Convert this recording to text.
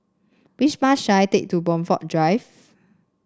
which bus should I take to Blandford Drive